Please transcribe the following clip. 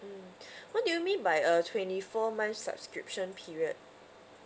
mm what do you mean by a twenty four months subscription period